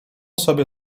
sobie